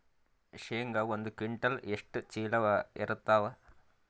ಶೇಂಗಾ ಒಂದ ಕ್ವಿಂಟಾಲ್ ಎಷ್ಟ ಚೀಲ ಎರತ್ತಾವಾ?